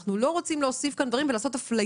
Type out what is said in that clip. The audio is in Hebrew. ואנחנו לא רוצים להוסיף כל מיני דברים שיעשו הפליה